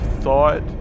thought